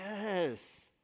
yes